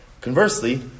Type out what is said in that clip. Conversely